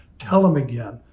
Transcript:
tell them again.